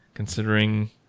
considering